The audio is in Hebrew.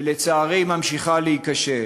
ולצערי היא ממשיכה להיכשל.